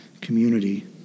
community